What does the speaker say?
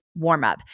warmup